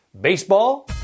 Baseball